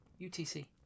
UTC